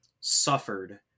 suffered